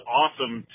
awesome